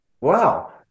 wow